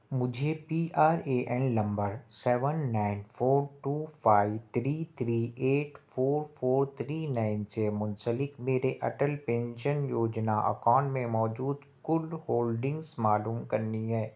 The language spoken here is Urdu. مجھے P R A N number seven nine four two five three three eight four four three nine سے منسلک میرے اٹل پینشن یوجنا اکاؤنٹ میں موجود کل ہولڈنگس معلوم کرنی ہیں